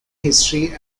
history